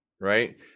Right